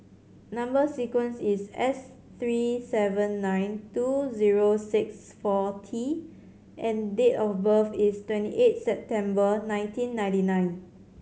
number sequence is S three seven nine two zero six four T and date of birth is twenty eight September nineteen ninety nine